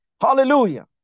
Hallelujah